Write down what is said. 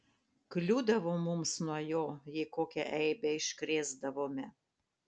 kliūdavo mums nuo jo jei kokią eibę iškrėsdavome